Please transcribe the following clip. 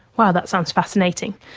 wow, that sounds fascinating.